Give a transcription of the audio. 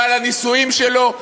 לא על הנישואים שלו.